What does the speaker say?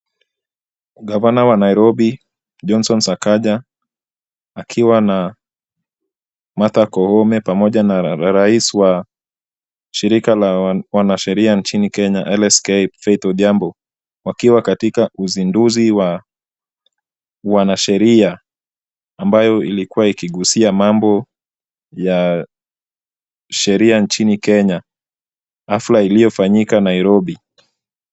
Gavana wa Nairobi, Johnson Sakaja akiwa na Martha Koome pamoja na Rais wa shirika la wanasheria nchini Kenya, LSK, Faith Odhiambo wakiwa katika uzinduzi wa wanasheria ambayo ilikuwa ikigusia mambo ya sheria nchini Kenya, hafula iliyofanyika Nairobi.